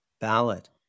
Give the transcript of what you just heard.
ballot